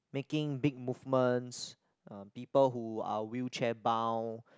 making big movements um people who are wheelchair bound